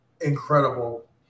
incredible